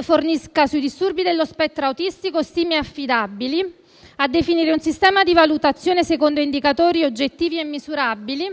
fornisca sui disturbi dello spettro autistico stime affidabili; definire un sistema di valutazione secondo indicatori oggettivi e misurabili;